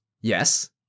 Yes